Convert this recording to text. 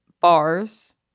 bars